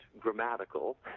grammatical